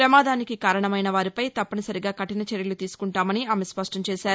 ప్రమాదానికి కారణమైన వారిపై తప్పనిసరిగా కఠిన చర్యలు తీసుకుంటామని ఆమె స్పష్టం చేశారు